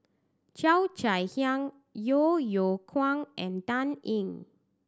Cheo Chai Hiang Yeo Yeow Kwang and Dan Ying